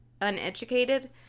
uneducated